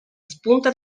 spunta